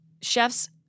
chefs